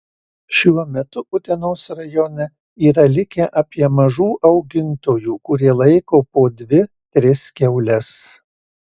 šiuo metu utenos rajone yra likę apie mažų augintojų kurie laiko po dvi tris kiaules